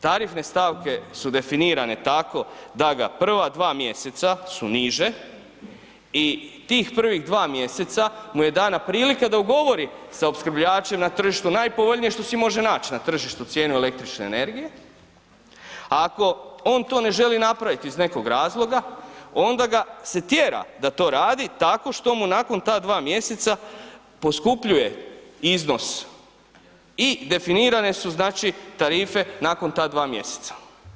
Tarifne stavke su definirane da ga prva mjeseca su niže i tih prvih dva mjeseca mu je dana prilika da ugovori sa opskrbljivačem na tržištu najpovoljnije što si može nać na tržištu cijene električne energije a ako on to ne želi napraviti iz nekog razloga, onda ga se tjera da to radi tako što mu nakon ta 2 mj. poskupljuje iznos i definirane su znači tarife nakon ta 2 mjeseca.